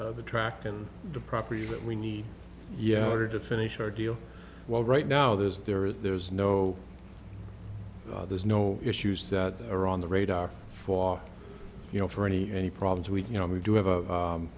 rack and the property that we need yeah or to finish our deal well right now there's there is there's no there's no issues that are on the radar for you know for any any problems we you know we do have a